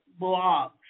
blogs